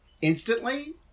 Instantly